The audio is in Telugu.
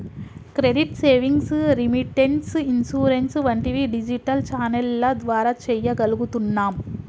క్రెడిట్, సేవింగ్స్, రెమిటెన్స్, ఇన్సూరెన్స్ వంటివి డిజిటల్ ఛానెల్ల ద్వారా చెయ్యగలుగుతున్నాం